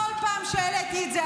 בכל פעם שהעליתי את זה,